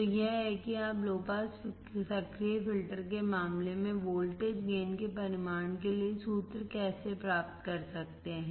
तो यह है कि आप लो पास सक्रिय फिल्टर के मामले में वोल्टेज गेन के परिमाण के लिए सूत्र कैसे प्राप्त कर सकते हैं